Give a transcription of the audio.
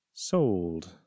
Sold